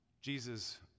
Jesus